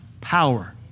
power